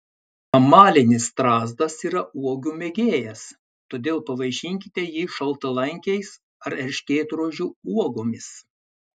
amalinis strazdas yra uogų mėgėjas todėl pavaišinkite jį šaltalankiais ar erškėtrožių uogomis